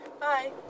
Bye